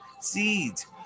Seeds